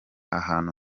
ahantu